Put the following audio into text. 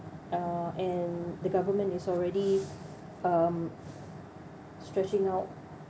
uh and the government is already um stretching out